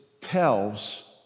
tells